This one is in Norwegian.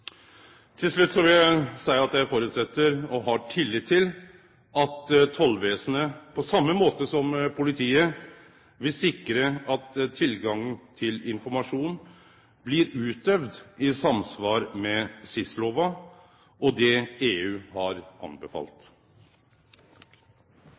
Til slutt vil eg seie at eg føreset, og har tillit til, at Tollvesenet på same måte som politiet vil sikre at tilgang til informasjon blir utøvd i samsvar med SIS-lova og det EU har anbefalt.